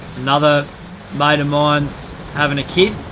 another mate of mine's having a kid,